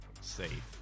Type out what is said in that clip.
safe